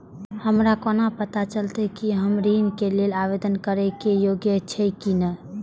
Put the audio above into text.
हमरा कोना पताा चलते कि हम ऋण के लेल आवेदन करे के योग्य छी की ने?